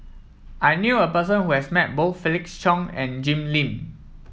I knew a person who has met both Felix Cheong and Jim Lim